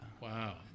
Wow